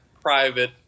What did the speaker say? private